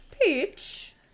Peach